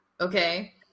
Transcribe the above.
okay